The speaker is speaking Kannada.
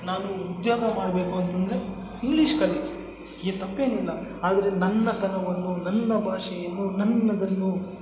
ನಾವು ಉದ್ಯೋಗ ಮಾಡಬೇಕು ಅಂತಂದರೆ ಇಂಗ್ಲೀಷ್ ಕಲಿ ಈಗ ತಪ್ಪೇನಿಲ್ಲ ಆದರೆ ನನ್ನ ತನವನ್ನು ನನ್ನ ಭಾಷೆಯನ್ನು ನನ್ನದನ್ನು